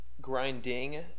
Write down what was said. grinding